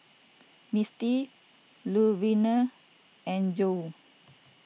Misti Luverner and Joe